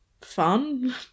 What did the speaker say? fun